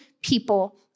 people